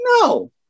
No